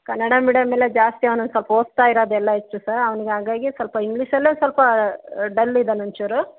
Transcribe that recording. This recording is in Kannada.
ಕನ್ನಡ ಮೀಡಿಯಮ್ ಎಲ್ಲ ಜಾಸ್ತಿ ಅವ್ನು ಒಂದು ಸ್ವಲ್ಪ ಓದಿಸ್ತಾ ಇರೊದೆಲ್ಲ ಹೆಚ್ಚು ಸರ್ ಅವ್ನಿಗೆ ಹಾಗಾಗಿ ಸ್ವಲ್ಪ ಇಂಗ್ಲೀಷಲ್ಲು ಸ್ವಲ್ಪ ಡಲ್ ಇದಾನೆ ಒಂಚೂರು